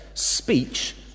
Speech